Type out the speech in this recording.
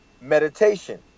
meditation